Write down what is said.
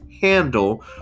handle